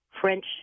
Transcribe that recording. French